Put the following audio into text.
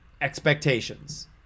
expectations